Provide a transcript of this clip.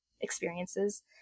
experiences